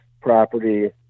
property –